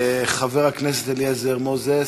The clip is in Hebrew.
חבר הכנסת אליעזר מוזס,